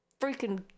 freaking